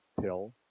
pill